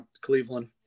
Cleveland